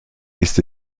ist